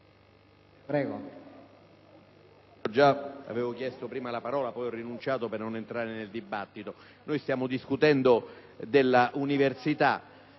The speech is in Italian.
Prego,